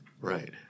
Right